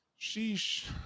Sheesh